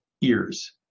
ears